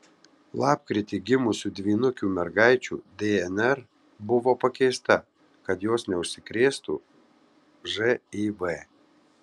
lapkritį gimusių dvynukių mergaičių dnr buvo pakeista kad jos neužsikrėstų živ